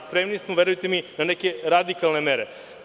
Spremni smo verujte mi, na neke radikalne mere.